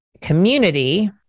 community